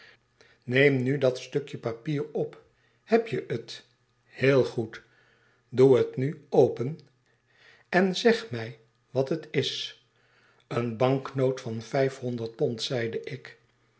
neem nu dat stukje papier op heb je het heel goed doe het nu open en zeg mij wat het is eene banknoot van vijfhonderd pond zeide ik